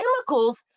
chemicals